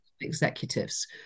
executives